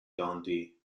gandhi